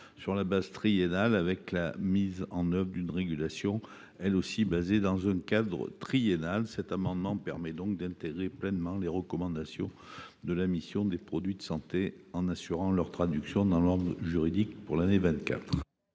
sur une base triennale, avec la mise en œuvre d’une régulation basée, elle aussi, sur un cadre triennal. Cela permet donc d’intégrer pleinement les recommandations de la mission des produits de santé, en assurant leur traduction dans l’ordre juridique dès l’année 2024.